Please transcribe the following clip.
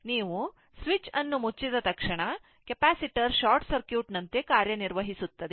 ನೀವು ಸ್ವಿಚ್ ಅನ್ನು ಮುಚ್ಚಿದ ತಕ್ಷಣ ಕೆಪಾಸಿಟರ್ ಶಾರ್ಟ್ ಸರ್ಕ್ಯೂಟ್ ನಂತೆ ಕಾರ್ಯನಿರ್ವಹಿಸುತ್ತದೆ